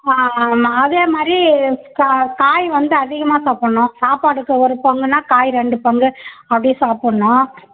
அதே மாதிரி கா காய் வந்து அதிகமாக சாப்பிட்ணும் சாப்பாடுக்கு ஒரு பங்குனால் காய் ரெண்டு பங்கு அப்படி சாப்பிட்ணும்